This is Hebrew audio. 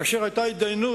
כאשר היתה התדיינות,